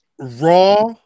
Raw